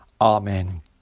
Amen